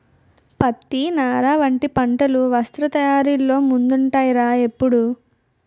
పత్తి, నార వంటి పంటలు వస్త్ర తయారీలో ముందుంటాయ్ రా ఎప్పుడూ